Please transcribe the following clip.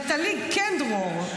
נטלי קן דרור,